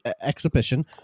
exhibition